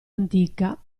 antica